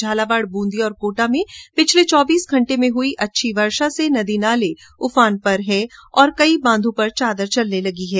झालावाड बूंदी और कोटा में पिछले चौबीस घंटे में हुई अच्छी वर्षा से नदी नाले उफान पर हैं वहीं कई बांधों पर भी चादर चलने लगी है